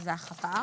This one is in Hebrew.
שזה החפ"ר